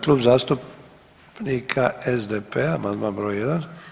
Klub zastupnika SDP-a, amandman br. 1.